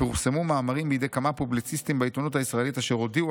פורסמו מאמרים בידי כמה פובליציסטים בעיתונות הישראלית אשר הודיעו